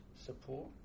Support